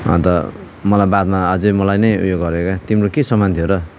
अन्त मलाई बादमा अझै मलाई नै उयो गर्यो क्या तिम्रो के सामान थियो र